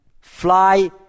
fly